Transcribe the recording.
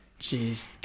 Jeez